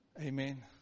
Amen